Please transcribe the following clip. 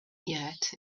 yet